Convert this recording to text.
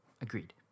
Agreed